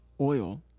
oil